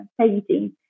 painting